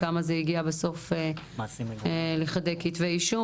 כמה זה הגיע בסוף לכדי כתבי אישום.